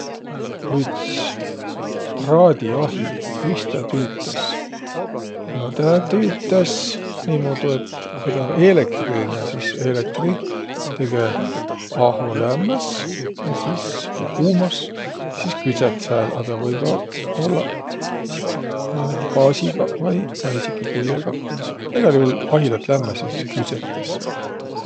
Üts praadiahi, kuis tä tüütäs? No tä tüütäs niimuudu, et ku tä um eelektriline, sis eelektri tege aho lämmäs, ja sis, vai kuumas. Ja sis küdsät sääl. A tä või ka ollaq määnegi gaasigaq vai esiki puiõgaq. Egäl juhul ahi lätt lämmäs ja sis küdsetäs sääl.